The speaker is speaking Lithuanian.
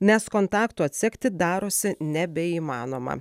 nes kontaktų atsekti darosi nebeįmanoma